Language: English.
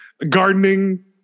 gardening